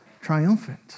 triumphant